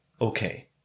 Okay